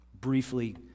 briefly